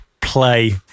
play